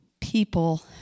people